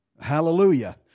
Hallelujah